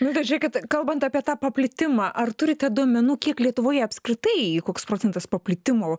milda žiūrėkit kalbant apie tą paplitimą ar turite duomenų kiek lietuvoje apskritai koks procentas paplitimo